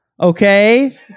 Okay